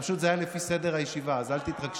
פשוט זה היה לפי סדר הישיבה, אז אל תתרגשי.